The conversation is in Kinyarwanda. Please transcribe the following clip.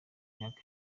myaka